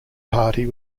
party